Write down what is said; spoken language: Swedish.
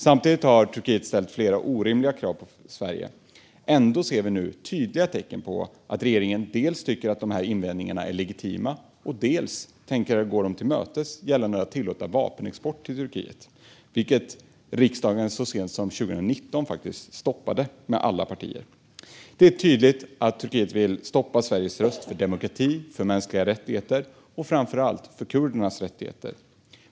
Samtidigt har Turkiet ställt flera orimliga krav på Sverige. Ändå ser vi nu tydliga tecken på att regeringen dels tycker att de här invändningarna är legitima, dels tänker gå Turkiet till mötes gällande att tillåta vapenexport dit, vilket riksdagens alla partier så sent som 2019 stoppade. Det är tydligt att Turkiet vill stoppa Sveriges röst för demokrati, för mänskliga rättigheter och, framför allt, för kurdernas rättigheter.